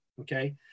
okay